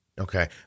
Okay